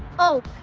oh